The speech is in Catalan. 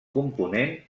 component